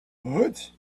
but